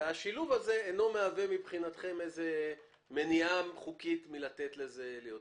והשילוב הזה אינו מהווה מבחינתכם מניעה חוקית מלתת לזה להיות.